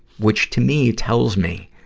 which, to me, tell me,